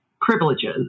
privileges